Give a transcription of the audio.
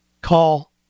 call